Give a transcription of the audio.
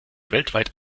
weltweit